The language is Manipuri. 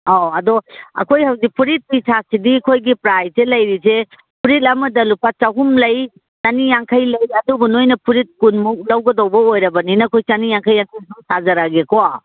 ꯑꯧ ꯑꯗꯨ ꯑꯩꯈꯣꯏ ꯍꯧꯖꯤꯛ ꯐꯨꯔꯤꯠ ꯇꯤ ꯁꯥꯔꯠꯁꯤꯗꯤ ꯑꯩꯈꯣꯏꯒꯤ ꯄ꯭ꯔꯥꯏꯁꯁꯦ ꯂꯩꯔꯤꯁꯦ ꯐꯨꯔꯤꯠ ꯑꯃꯗ ꯂꯨꯄꯥ ꯆꯍꯨꯝ ꯂꯩ ꯆꯅꯤ ꯌꯥꯡꯈꯩ ꯂꯩ ꯑꯗꯨꯕꯨ ꯅꯣꯏꯅ ꯐꯨꯔꯤꯠ ꯀꯨꯟꯃꯨꯛ ꯂꯧꯒꯗꯧꯕ ꯑꯣꯏꯔꯕꯅꯤꯅ ꯑꯩꯈꯣꯏ ꯆꯅꯤ ꯌꯥꯡꯈꯩ ꯌꯥꯡꯈꯩ ꯑꯗꯨꯝ ꯁꯥꯖꯔꯛꯑꯒꯦꯀꯣ